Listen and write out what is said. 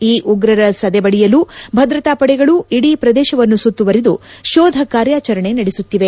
ಈ ಉಗ್ರರ ಸದೆ ಬಡಿಯಲು ಭದ್ರತಾ ಪಡೆಗಳು ಇಡೀ ಪ್ರದೇಶವನ್ನು ಸುತ್ತುವರೆದು ಶೋಧ ಕಾರ್ಯಾಚರಣೆ ನಡೆಸುತ್ತಿದ್ದಾರೆ